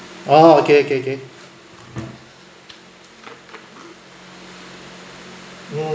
ah okay okay okay mm